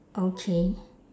okay